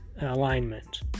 alignment